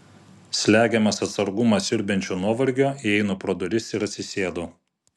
slegiamas atsargumą siurbiančio nuovargio įeinu pro duris ir atsisėdu